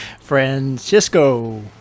Francisco